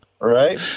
Right